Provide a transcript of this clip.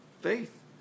faith